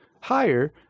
higher